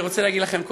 אני רוצה להגיד לכם,